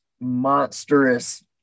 monstrous